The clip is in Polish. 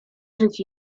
żyć